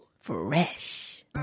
Fresh